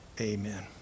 amen